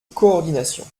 coordination